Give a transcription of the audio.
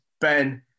Ben